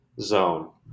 zone